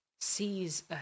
sees